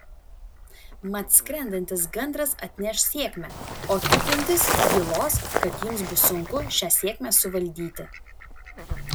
mat skrendantis gandras atneš sėkmę o tupintis bylos kad jums bus sunku šią sėkmę suvaldyti